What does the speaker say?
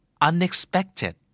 Unexpected